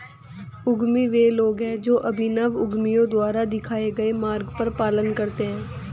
उद्यमी वे लोग हैं जो अभिनव उद्यमियों द्वारा दिखाए गए मार्ग का पालन करते हैं